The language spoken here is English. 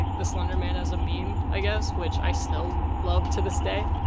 the slender man as a meme, i guess. which, i still love to this day.